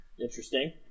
Interesting